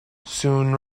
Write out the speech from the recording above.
soon